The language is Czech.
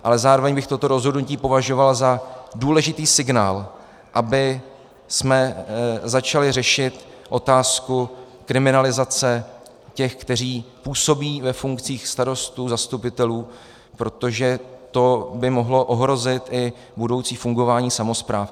Ale zároveň bych toto rozhodnutí považoval za důležitý signál, abychom začali řešit otázku kriminalizace těch, kteří působí ve funkcích starostů, zastupitelů, protože to by mohlo ohrozit i budoucí fungování samospráv.